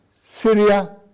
Syria